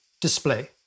display